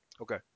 Okay